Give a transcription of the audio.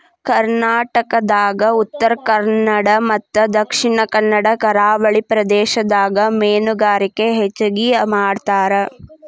ಕರ್ನಾಟಕದಾಗ ಉತ್ತರಕನ್ನಡ ಮತ್ತ ದಕ್ಷಿಣ ಕನ್ನಡ ಕರಾವಳಿ ಪ್ರದೇಶದಾಗ ಮೇನುಗಾರಿಕೆ ಹೆಚಗಿ ಮಾಡ್ತಾರ